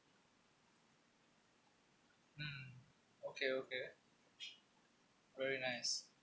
mm okay okay very nice